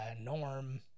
Norm